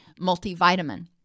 multivitamin